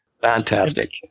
Fantastic